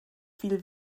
viel